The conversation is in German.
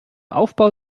aufbau